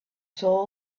soul